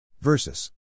Versus